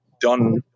done